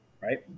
right